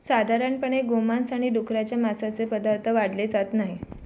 साधारणपणे गोमांस आणि डुकराच्या मांसाचे पदार्थ वाढले जात नाही